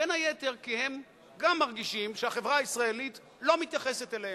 בין היתר כי גם הם מרגישים שהחברה הישראלית לא מתייחסת אליהם,